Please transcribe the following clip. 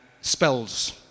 spells